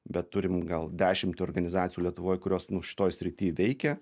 bet turim gal dešimt organizacijų lietuvoj kurios nu šitoj srity veikia